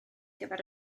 gyfer